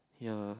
yea